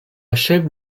chèvre